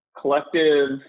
collective